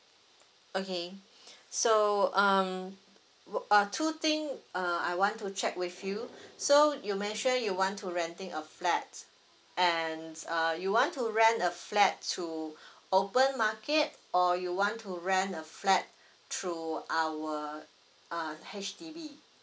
okay so um w~ uh two thing uh I want to check with you so you mention you want to renting a flat and uh you want to rent a flat through open market or you want to rent a flat through our uh H_D_B